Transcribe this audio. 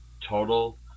total